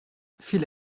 viele